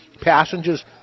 Passengers